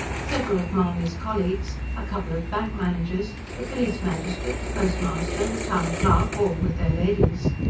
several of mahony's colleagues, a couple of bank managers, the police magistrate, the postmaster, the town clerk, all with their ladies.